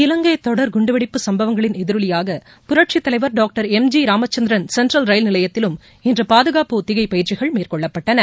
இவங்கை தொடர் குண்டுவெடிப்பு சம்பவங்களின் எதிரொலியாக புரட்சித் தலைவர் doctor M G Ramachandran central ரயில் நிலையத்திலும் இன்று பாதுகாப்பு ஒத்திகை பயிற்சிகள் மேற்கொள்ளப்பட்டன